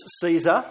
Caesar